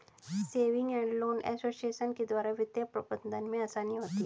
saving and loan association के द्वारा वित्तीय प्रबंधन में आसानी होती है